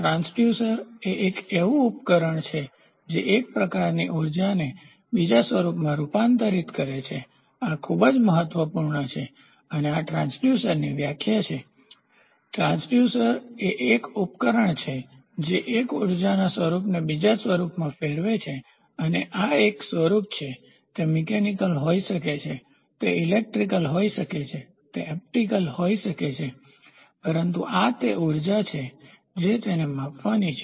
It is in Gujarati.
ટ્રાંસડ્યુસર એ એક એવું ઉપકરણ છે જે એક પ્રકારનાં ઉર્જાને બીજા સ્વરૂપમાં રૂપાંતરિત કરે છે આ ખૂબ જ મહત્વપૂર્ણ છે અને આ ટ્રાન્સડ્યુસરની વ્યાખ્યા છે ટ્રાંસડ્યુસર એ એક ઉપકરણ છે જે એક ઉર્જાના સ્વરૂપને બીજા સ્વરૂપમાં ફેરવે છે અને આ એક સ્વરૂપ છે તે મિકેનિકલયાંત્રિક હોઈ શકે છે તે ઇલેક્ટ્રિકલ હોઈ શકે છે તે ઓપ્ટિકલ હોઈ શકે છે પરંતુ આ તે ઉર્જા છે જેને માપવાની છે